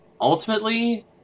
ultimately